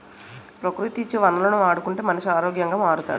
ప్రకృతి ఇచ్చే వనరులను వాడుకుంటే మనిషి ఆరోగ్యంగా మారుతాడు